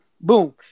Boom